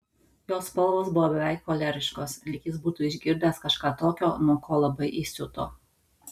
jo spalvos buvo beveik choleriškos lyg jis būtų išgirdęs kažką tokio nuo ko labai įsiuto